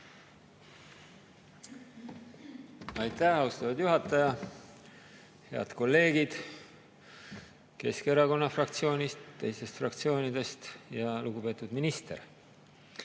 Aitäh, austatud juhataja! Head kolleegid Keskerakonna fraktsioonist ja teistest fraktsioonidest! Lugupeetud minister!